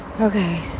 Okay